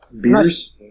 Beers